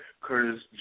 Curtis